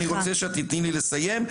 אני רוצה שאת תיתני לי לסיים.